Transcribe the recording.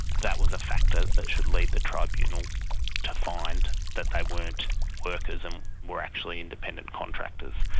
that was a factor that should lead the tribunal to find that they weren't workers and were actually independent contractors.